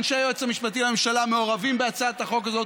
אנשי היועץ המשפטי לממשלה מעורבים בהצעת החוק הזאת,